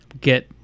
get